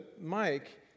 Mike